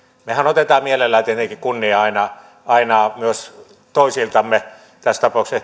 mehän otamme mielellämme tietenkin kunnian aina aina myös toisiltamme tässä tapauksessa